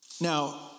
Now